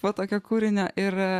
va tokio kūrinio ir